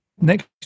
Next